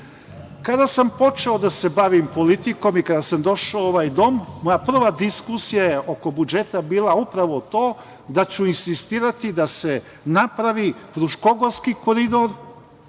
sam počeo da se bavim politikom i kada sam došao u ovaj dom, moja prva diskusija oko budžeta je bila upravo to da ću insistirati da se napravi Fruškogorski koridor